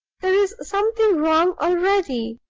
there is something wrong already,